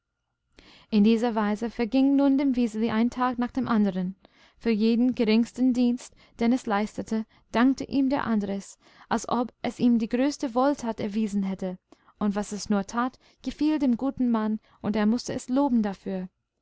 in dieser weise verging nun dem wiseli ein tag nach dem anderen für jeden geringsten dienst den es leistete dankte ihm der andres als ob es ihm die größte wohltat erwiesen hätte und was es nur tat gefiel dem guten mann und er mußte es loben dafür